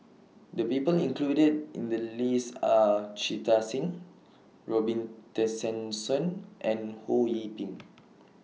The People included in The list Are Jita Singh Robin Tessensohn and Ho Yee Ping